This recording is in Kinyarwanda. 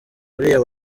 uriya